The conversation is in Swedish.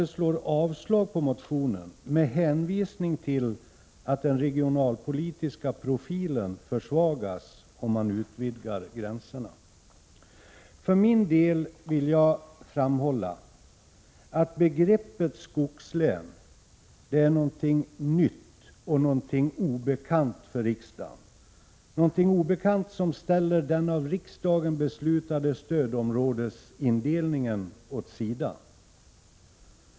Utskottet avstyrker motionen med hänvisning till att den regionalpolitiska profilen försvagas om man utvidgar gränserna. För min del vill jag framhålla att begreppet skogslän är någonting nytt och obekant för riksdagen — någonting obekant som ställer den av riksdagen beslutade stödområdesindelningen åt sidan.